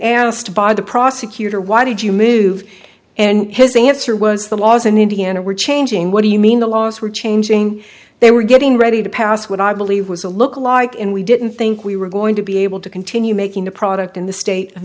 asked by the prosecutor why did you move and his answer was the laws in indiana were changing what do you mean the laws were changing they were getting ready to pass what i believe was a look alike and we didn't think we were going to be able to continue making the product in the state of